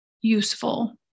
useful